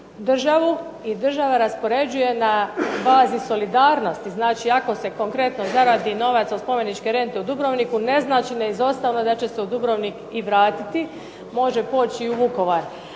državu i država raspoređuje na bazi solidarnosti. Znači, ako se konkretno zaradi novac od spomeničke rente u Dubrovniku ne znači neizostavno da će se u Dubrovnik i vratiti, može poći i u Vukovar.